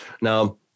Now